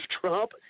Trump